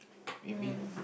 maybe